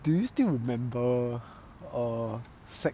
do you still remember err secondary